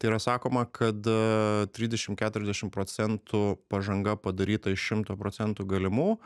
tai yra sakoma kad trisdešim keturiasdešim procentų pažanga padaryta iš šimto procentų galimų